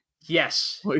Yes